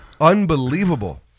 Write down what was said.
unbelievable